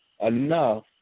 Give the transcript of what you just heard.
enough